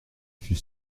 fut